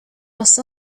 los